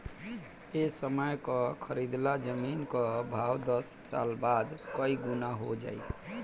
ए समय कअ खरीदल जमीन कअ भाव दस साल बाद कई गुना हो जाई